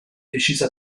deciso